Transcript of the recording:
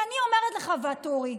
כי אני אומרת לך, ואטורי,